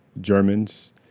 Germans